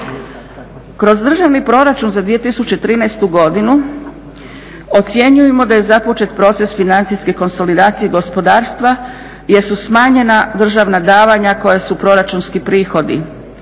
Kroz Državni proračun za 2013. godinu ocjenjujemo da je započet proces financijske konsolidacije gospodarstva jer su smanjena državna davanja koja su proračunski prihodi.